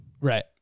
Right